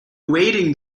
awaiting